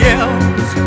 else